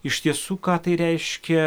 iš tiesų ką tai reiškia